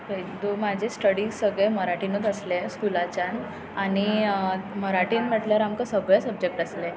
दो म्हजे स्टडीस सगळें मराठीनूच आसलें स्कुलाच्यान आनी मराठीन म्हणल्यार आमकां सगळें सबजेक्ट्स आसले